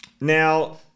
now